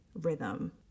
rhythm